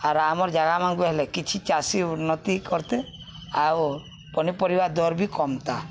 ଆର୍ ଆମର୍ ଜାଗା ମାଙ୍କୁ ହେଲେ କିଛି ଚାଷୀ ଉନ୍ନତି କରତେ ଆଉ ପନିପରିବା ଦର ବି କମ୍ତା